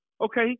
Okay